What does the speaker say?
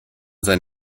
sein